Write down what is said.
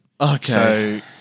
okay